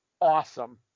awesome